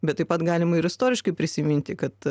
bet taip pat galima ir istoriškai prisiminti kad